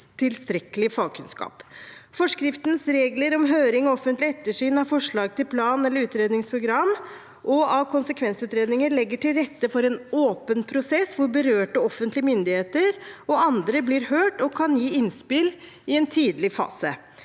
tilstrekkelig fagkunnskap. Forskriftens regler om høring og offentlig ettersyn av forslag til plan- eller utredningsprogram og av konsekvensutredninger legger til rette for en åpen prosess, hvor berørte offentlige myndigheter og andre blir hørt og kan gi innspill i en tidlig fase.